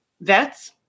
vets